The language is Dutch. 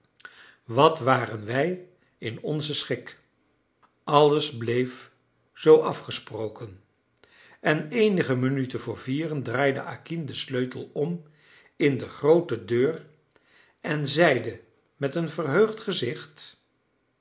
wat waren wij in onzen schik alles bleef zoo afgesproken en eenige minuten vr vieren draaide acquin den sleutel om in de groote deur en zeide met een verheugd gezicht